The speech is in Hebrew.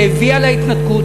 שהביאה להתנתקות.